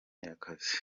y’akazi